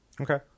Okay